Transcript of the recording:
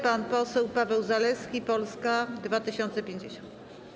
Pan poseł Paweł Zalewski, Polska 2050.